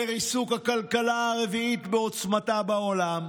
לריסוק הכלכלה הרביעית בעוצמתה בעולם,